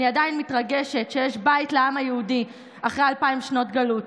אני עדיין מתרגשת שיש בית לעם היהודי אחרי אלפיים שנות גלות.